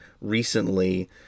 recently